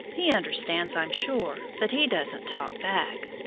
he understands, i'm sure, but he doesn't talk back.